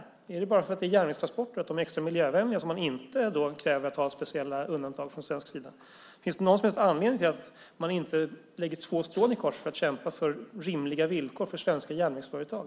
Är det bara för att det handlar om järnvägstransporter och för att de är extra miljövänliga som man inte från svensk sida kräver att få speciella undantag? Finns det någon som helst anledning till att man inte lägger två strån i kors för att kämpa för rimliga villkor för svenska järnvägsföretag?